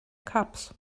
cubs